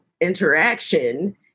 Interaction